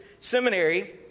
Seminary